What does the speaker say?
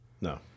No